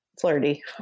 flirty